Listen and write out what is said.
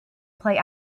play